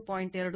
2 156